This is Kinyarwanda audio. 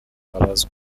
abazwa